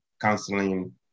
counseling